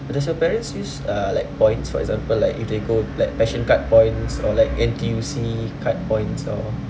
does your parents use uh like points for example like if they go like passion card points or like N_T_U_C card points or